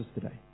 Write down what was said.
today